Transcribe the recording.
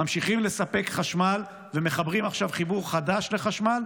ממשיכים לספק חשמל ומחברים עכשיו חיבור חדש לחשמל.